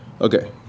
Okay